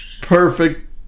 Perfect